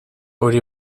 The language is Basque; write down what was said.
hori